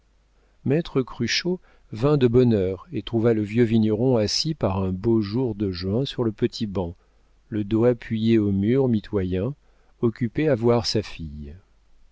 maître cruchot vint de bonne heure et trouva le vieux vigneron assis par un beau jour de juin sur le petit banc le dos appuyé au mur mitoyen occupé à voir sa fille